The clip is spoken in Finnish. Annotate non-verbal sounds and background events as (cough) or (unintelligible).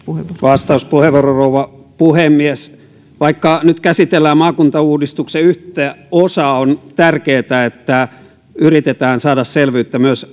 vastauspuheenvuoro rouva puhemies vaikka nyt käsitellään maakuntauudistuksen yhtä osaa on tärkeätä että yritetään saada selvyyttä myös (unintelligible)